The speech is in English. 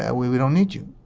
yeah we we don't need you.